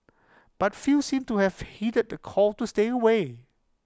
but few seemed to have heeded the call to stay away